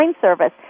service